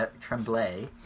Tremblay